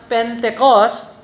Pentecost